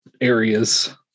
areas